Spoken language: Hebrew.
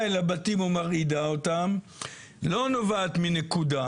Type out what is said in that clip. אל הבתים ומרעידה אותם לא נובעת מנקודה,